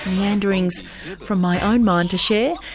meanderings from my own mind to share,